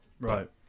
Right